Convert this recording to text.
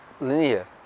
linear